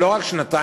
ולא רק שנתיים,